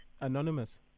anonymous